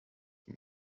zum